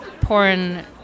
porn